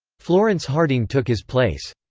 florence harding took his place.